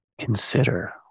Consider